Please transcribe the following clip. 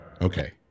Okay